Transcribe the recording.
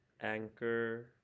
anchor